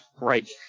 Right